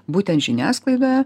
būtent žiniasklaidoje